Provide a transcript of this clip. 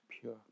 pure